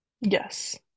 Yes